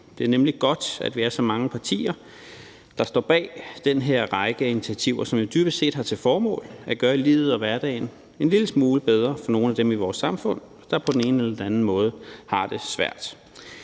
det er nemlig godt, at vi er så mange partier, der står bag den her række af initiativer, som jo dybest set har til formål at gøre livet og hverdagen en lille smule bedre for nogle af dem i vores samfund, der på den ene eller den anden måde har det svært.